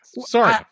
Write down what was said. Sorry